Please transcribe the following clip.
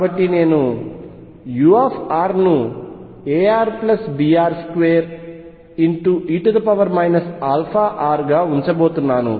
కాబట్టి నేను u ను arbr2e αr గా ఉంచబోతున్నాను